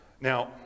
Now